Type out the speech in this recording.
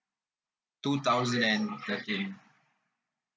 two thousand and thirteen